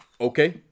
okay